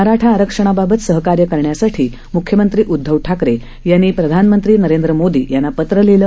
मराठा आरक्षणाबाबत सहकार्य करण्यासाठी मुख्यमंत्री उद्धव ठाकरे यांनी प्रधानमंत्री नरेंद्र मोदी यांना पत्र लिहिलं